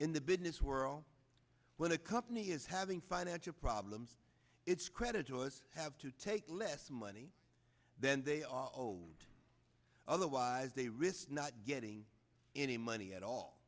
in the business world when a company is having financial problems its creditors have to take less money than they are owed otherwise they risk not getting any money at all